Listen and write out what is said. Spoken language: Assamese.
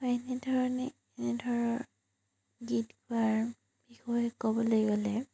এনেধৰণে এনেধৰণৰ গীত গোৱাৰ বিষয়ে ক'বলৈ গ'লে